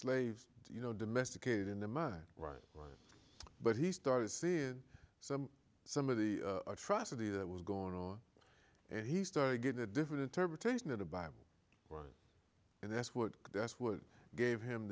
slaves you know domesticated in the mud right on but he started seeing some some of the atrocity that was going on and he started getting a different interpretation of the bible and that's what that's what gave him